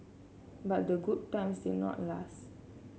but the good times did not last